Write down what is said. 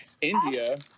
India